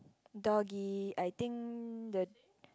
doggy I think the